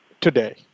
today